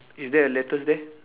is there a letters there